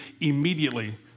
immediately